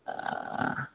ஆ